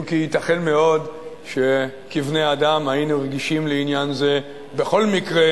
אם כי ייתכן מאוד שכבני-אדם היינו רגישים לעניין זה בכל מקרה.